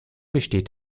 besteht